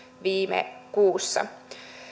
viime kuussa